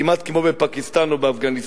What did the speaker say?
כמעט כמו בפקיסטן או באפגניסטן,